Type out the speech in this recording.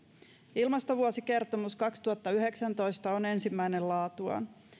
ilmastovuosikertomus kaksituhattayhdeksäntoista on ensimmäinen laatuaan